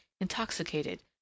intoxicated